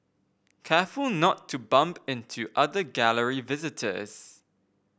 careful not to bump into other Gallery visitors